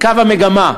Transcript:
קו המגמה.